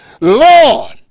Lord